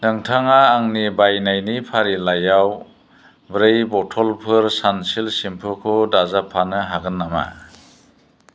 नोंथाङा आंनि बायनायनि फारिलाइयाव ब्रै बथ'लफोर सानसिल्क सेम्पुखौ दाजाबफानो हागोन नामा